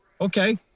Okay